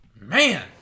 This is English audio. Man